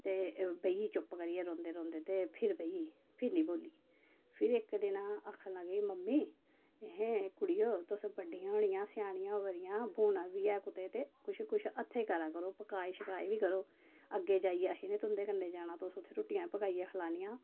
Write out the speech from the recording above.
ते बेही गेई चुप्प करियै रोंदे रोंदे ते फिर बेही गेई फिर नी बोल्ली फिर इक दिन आखन लगे मम्मी अहें कुड़िये तुस बड्डियां होई दियां स्यानियां होवा दियां ब्होना बी ऐ कुतै ते कुछ कुछ हत्थें करा करो पकाए शकाए बी करो अग्गै जाइयै अहें नी तुंदे कन्नै जाना तुसें उत्थै रूट्टियां पकाइयै खलानियां